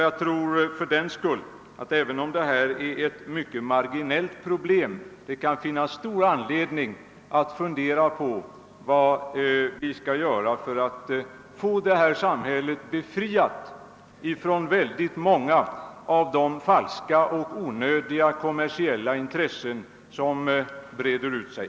Jag tror fördenskull — även om detta är ett mycket marginellt problem — att det kan finnas stor anledning att fundera på vad vi skall göra för att få vårt samhälle befriat från många av de falska och onödiga kommersiella intressen som breder ut sig.